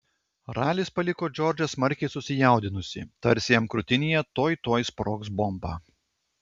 ralis paliko džordžą smarkiai susijaudinusį tarsi jam krūtinėje tuoj tuoj sprogs bomba